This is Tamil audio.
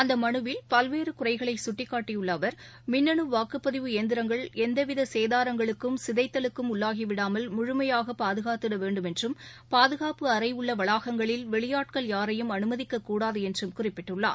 அந்த மனுவில் பல்வேறு குறைகளை இயந்திரங்கள் எந்தவித சேதாரங்களுக்கும் சிதைத்தலுக்கும் உள்ளாகிவிடாமல் முழுமையாக பாதுகாத்திட வேண்டும் என்றும் பாதுகாப்பு அறை உள்ள வளாகங்களில் வெளியாட்கள் யாரையும் அனுமதிக்கக்கூடாது என்றும் குறிப்பிட்டுள்ளார்